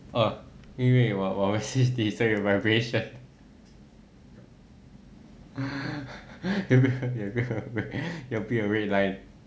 oh 因为我我 message 你 so 有 vibration 有没有有没有 red line